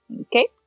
Okay